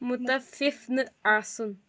مُتفِف نہٕ آسُن